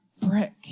brick